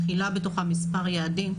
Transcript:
מכילה בתוכה מספר יעדים.